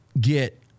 get